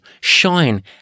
shine